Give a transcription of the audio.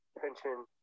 pension